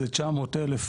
זה 900,000